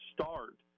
start